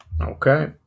Okay